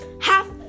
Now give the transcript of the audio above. Half